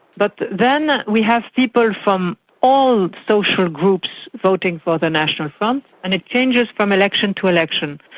but then we have people from all social groups voting for the national front, and it changes from election to election,